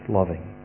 loving